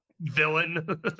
Villain